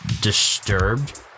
disturbed